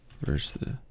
versus